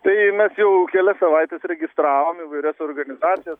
tai mes jau kelias savaites registravom įvairias organizacijas